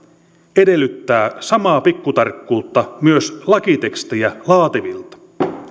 edellyttää samaa pikkutarkkuutta myös lakitekstejä laativilta